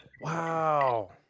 Wow